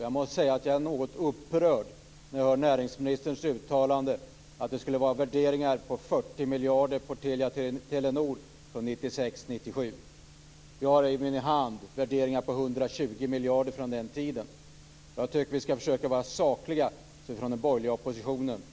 Jag blir något upprörd när jag hör näringsministern tala om värderingar av Telia och Telenor på 40 miljarder från 1996 och 1997. Jag har i min hand värderingar från den tiden på 120 miljarder. Jag tycker att man skall försöka vara saklig, som vi har försökt vara från den borgerliga oppositionen.